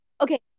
Okay